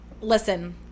listen